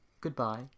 Goodbye